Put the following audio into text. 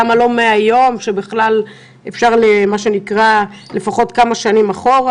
למה לא מהיום, לפחות כמה שנים אחורה.